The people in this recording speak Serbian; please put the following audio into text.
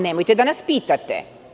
Nemojte da nas pitate.